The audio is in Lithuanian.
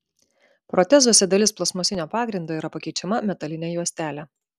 protezuose dalis plastmasinio pagrindo yra pakeičiama metaline juostele